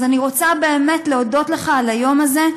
אז אני רוצה באמת להודות לך על היום הזה,